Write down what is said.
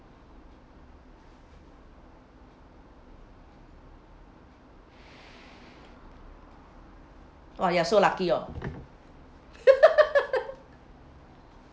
!wah! you're so lucky oh